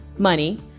Money